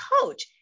coach